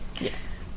Yes